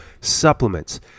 supplements